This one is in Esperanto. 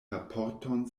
raporton